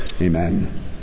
Amen